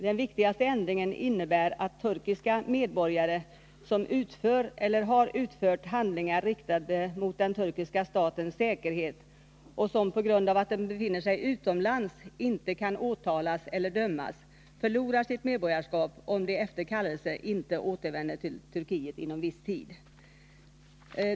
Den viktigaste ändringen innebär att turkiska medborgare som utför eller har utfört handlingar riktade mot den turkiska statens säkerhet och som, på grund av att de befinner sig utomlands, inte kan åtalas eller dömas, förlorar sitt medborgarskap om de efter kallelse inte återvänder till Turkiet inom viss tid.